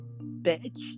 bitch